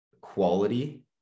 quality